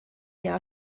jahr